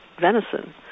venison